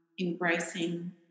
embracing